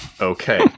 Okay